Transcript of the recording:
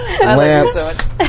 Lance